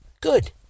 good